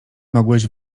mogłeś